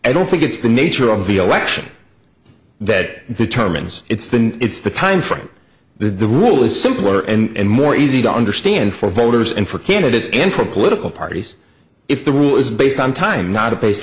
i don't think it's the nature of the election that determines it's then it's the timeframe that the rule is simpler and more easy to understand for voters and for candidates in for political parties if the rule is based on time not a based